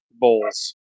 bowls